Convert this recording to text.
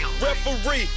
Referee